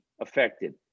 affected